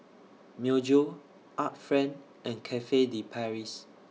Myojo Art Friend and Cafe De Paris